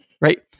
right